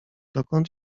dokąd